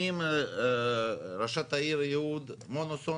אני עם ראש העיר יהוד מונוסון,